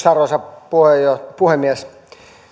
arvoisa puhemies